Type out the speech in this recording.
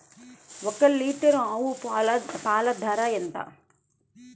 ఒక్క లీటర్ ఆవు పాల ధర ఎంత?